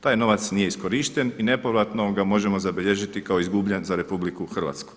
Taj novac nije iskorišten i nepovratno ga možemo zabilježiti kao izgubljen za RH.